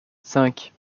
cinq